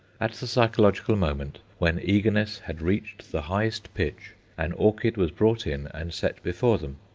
at the psychological moment, when eagerness had reached the highest pitch, an orchid was brought in and set before them.